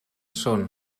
són